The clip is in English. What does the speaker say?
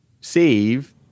save